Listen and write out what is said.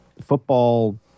football